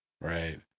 Right